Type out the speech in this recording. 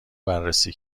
بررسی